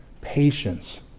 patience